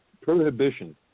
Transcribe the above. prohibition